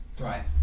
Right